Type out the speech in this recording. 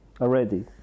already